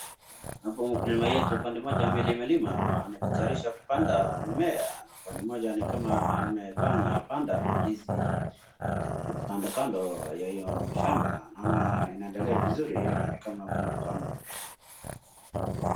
hapo mkulima yetu pande moja amelimalima anajitayarisha kupanda mimea na pande moja nikama amepanda ndizi kando kando ya hiyo shamba naona inaendelea vizuri kama kuna ukame